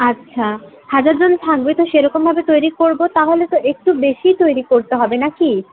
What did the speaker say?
আচ্ছা হাজার জন থাকবে তো সেরকমভাবে তৈরি করবো তাহলে তো একটু বেশি তৈরি করতে হবে নাকি